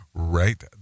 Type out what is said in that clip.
right